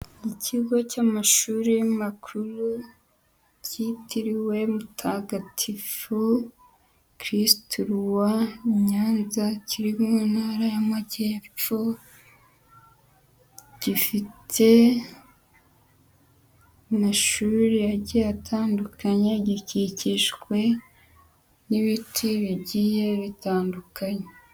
Ikigo cy'amashuri makuru kitiriwe mutagatifu kirisitu Ruwa Nyanza, kiri mu ntara y'amajyepfo, gifite amashuri agiye atandukanye, gikikijwe n'ibiti bigiye bitandukanye.